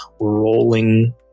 rolling